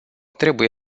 trebuie